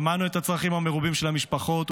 שמענו את הצרכים המרובים של המשפחות,